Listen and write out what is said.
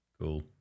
Cool